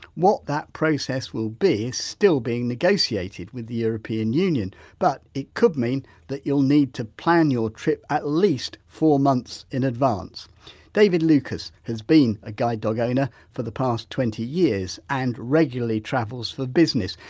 what that process will be is still being negotiated with the european union but it could mean that you'll need to plan your trip at least four months in advance david lucas has been a guide dog owner for the past twenty years and regularly travels for business.